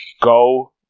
go